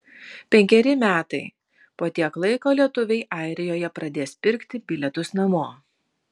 penkeri metai po tiek laiko lietuviai airijoje pradės pirkti bilietus namo